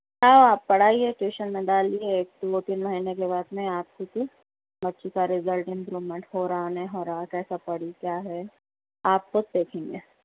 ہاں آپ پڑھایئے ٹیوشن میں ڈالیے دو تین مہینے کے بعد میں آپ کی بھی بچی کا رزلٹ امپلیمنٹ ہو رہا نیں ہو رہا کیسا پڑھی کیا ہے آپ خود دیکھیں گے